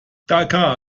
dhaka